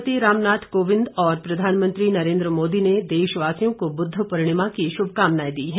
राष्ट्रपति रामनाथ कोविंद और प्रधानमंत्री नरेन्द्र मोदी ने देशवासियों को बुद्ध पूर्णिमा की शुभकामनाए दी है